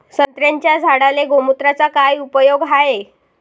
संत्र्याच्या झाडांले गोमूत्राचा काय उपयोग हाये?